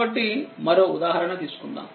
కాబట్టిమరోఉదాహరణ తీసుకుందాం